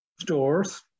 stores